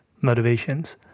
motivations